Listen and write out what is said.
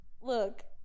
look